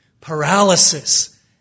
Paralysis